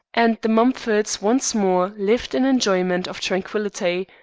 and the mumfords once more lived in enjoyment of tranquillity,